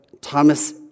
Thomas